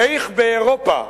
איך באירופה,